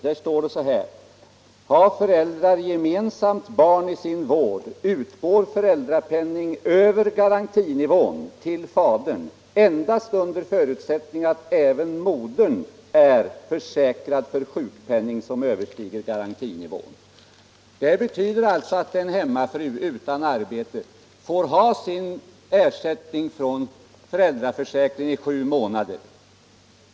Där står det: ”Ha föräldrar gemensamt barn i sin vård, utgår föräldrapenning över garantinivån till fadern endast under förutsättning att även modern är —--- försäkrad för sjupennning som överstiger garantinivån.” Det betyder alltså att en hemmafru utan arbete får sin ersättning från föräldraförsäkringen i sju månader.